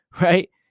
right